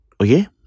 Okay